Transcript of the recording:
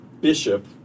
bishop